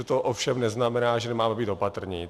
To ovšem neznamená, že nemáme být opatrní.